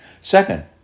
Second